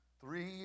three